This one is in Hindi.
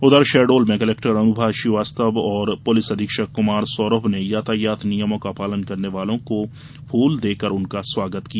उधर शहडोल में कलेक्टर अनुभा श्रीवास्तव और पुलिस अधीक्षक कुमार सौरभ ने यातायात नियमों का पालन करने वालों को फूल देकर उनका स्वागत किया